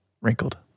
wrinkled